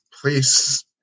please